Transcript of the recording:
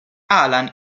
alan